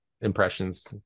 impressions